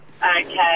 Okay